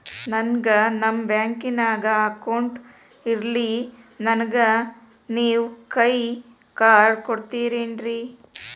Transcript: ನನ್ಗ ನಮ್ ಬ್ಯಾಂಕಿನ್ಯಾಗ ಅಕೌಂಟ್ ಇಲ್ರಿ, ನನ್ಗೆ ನೇವ್ ಕೈಯ ಕಾರ್ಡ್ ಕೊಡ್ತಿರೇನ್ರಿ?